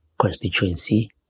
constituency